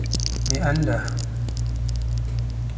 Mi annada